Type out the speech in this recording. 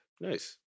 Nice